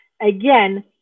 again